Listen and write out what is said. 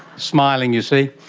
smiling, you see.